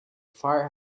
fire